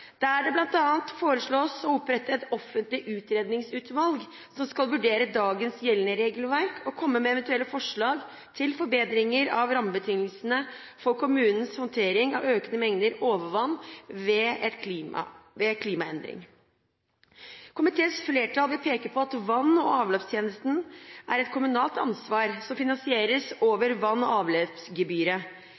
Der foreslås det bl.a. å opprette et offentlig utredningsutvalg som skal vurdere gjeldende regelverk og komme med eventuelle forslag til forbedringer av rammebetingelsene for kommunens håndtering av økende mengder overvann ved klimaendringer. Komiteens flertall peker på at vann- og avløpstjenesten er et kommunalt ansvar som finansieres over vann- og